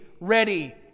ready